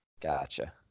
Gotcha